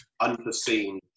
unforeseen